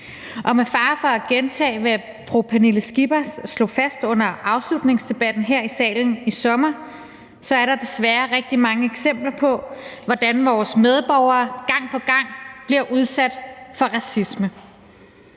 og med fare for at gentage, hvad fru Pernille Skipper slog fast under afslutningsdebatten her i salen i sommer, er der desværre rigtig mange eksempler på, hvordan vores medborgere gang på gang bliver udsat for racisme.